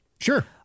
Sure